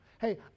Hey